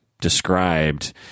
described